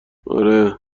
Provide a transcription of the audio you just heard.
آره